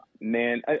man